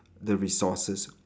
the resources